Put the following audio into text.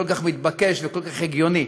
כל כך מתבקש וכל כך הגיוני.